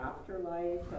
afterlife